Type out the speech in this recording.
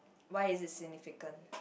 why is it significant